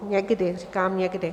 Někdy, říkám někdy.